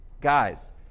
guys